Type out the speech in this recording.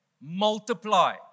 Multiply